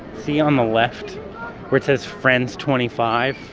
see on the left where it says friends twenty five?